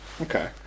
okay